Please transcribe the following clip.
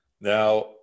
Now